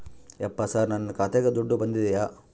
ಯಪ್ಪ ಸರ್ ನನ್ನ ಖಾತೆಗೆ ದುಡ್ಡು ಬಂದಿದೆಯ?